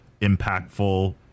impactful